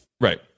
Right